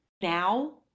now